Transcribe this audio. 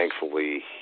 Thankfully